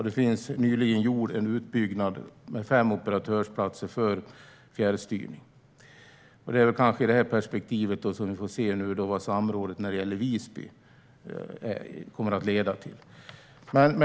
Det har nyligen gjorts en utbyggnad med fem operatörsplatser för fjärrstyrning. I detta perspektiv får vi se vad samrådet när det gäller Visby kommer att leda till.